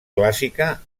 clàssica